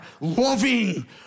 loving